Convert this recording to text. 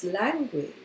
language